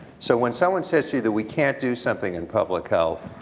so when someone says to you that we can't do something in public health,